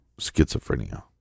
schizophrenia